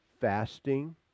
fasting